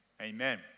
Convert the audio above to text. amen